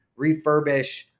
refurbish